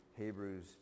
Hebrews